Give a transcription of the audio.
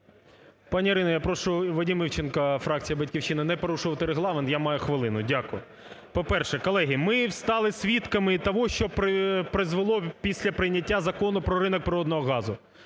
Пані Ірина, я прошу (Вадим Івченко, фракція "Батьківщина") не порушувати Регламент. Я маю хвилину. Дякую. По-перше, колеги, ми стали свідками того, що призвело після прийняття Закону про ринок природнього газу